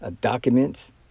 documents